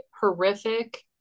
horrific